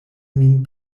min